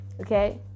Okay